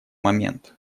момент